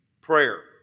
prayer